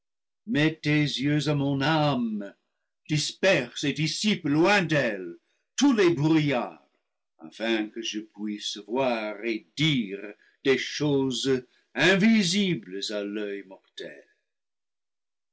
mets tes yeux à mon âme disperse et dissipe loin d'elle tous les brouillards afin que je puisse voir et dire des choses invisibles à l'oeil mortel